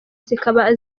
zikaba